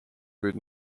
kuid